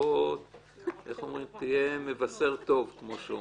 בוא תהיה מבשר טוב כמו שאומרים.